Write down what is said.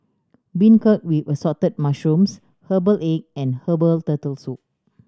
beancurd with Assorted Mushrooms herbal egg and herbal Turtle Soup